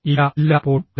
ഇല്ല എല്ലായ്പ്പോഴും അല്ല